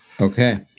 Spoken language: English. okay